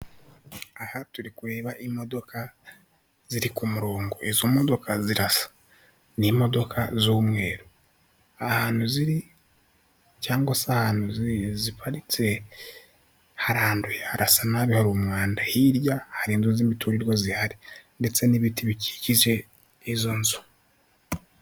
Aha turi kureba imodoka ziri ku murongo, izo modoka zirasa, ni imodoka z'umweru, ahantu ziri cyangwa se ahantu ziparitse haranduye, harasa nabi hari umwanda, hirya hari inzu z'imiturirwa zihari, ndetse n'ibiti bikikije izo nzu.